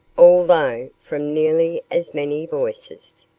although from nearly as many voices.